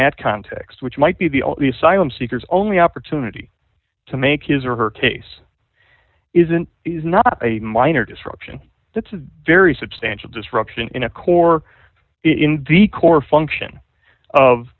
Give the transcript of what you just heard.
that context which might be the only asylum seekers only opportunity to make his or her case isn't is not a minor disruption that's a very substantial disruption in a core in the core function of